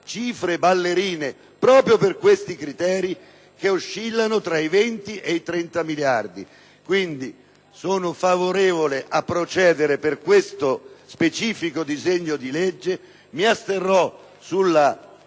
cifre ballerine, proprio per questi criteri, che oscillano tra i 20 e i 30 miliardi. Sono quindi favorevole a procedere su questo specifico disegno di legge, ma mi asterrò dal